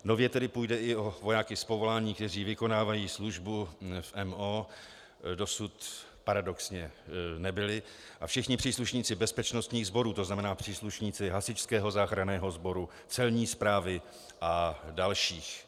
Nově tedy půjde i o vojáky z povolání, kteří vykonávají službu v MO, dosud paradoxně tam nebyli, a všichni příslušníci bezpečnostních sborů, tzn. příslušníci Hasičského záchranného sboru, Celní správy a dalších.